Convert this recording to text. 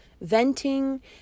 venting